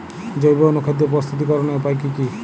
জৈব অনুখাদ্য প্রস্তুতিকরনের উপায় কী কী?